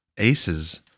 aces